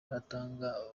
batangaga